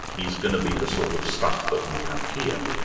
is going to be the sort of stuff that we have here.